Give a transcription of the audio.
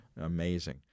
Amazing